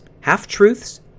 half-truths